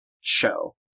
show